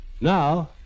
Now